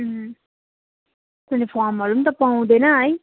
कुनै फर्महरू पनि त पाउँदैन है